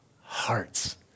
hearts